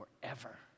forever